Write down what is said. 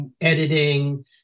editing